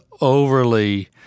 overly